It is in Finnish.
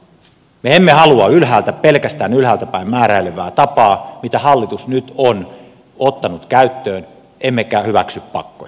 me emme halua pelkästään ylhäältäpäin määräilevää tapaa minkä hallitus nyt on ottanut käyttöön emmekä hyväksy pakkoja